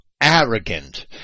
arrogant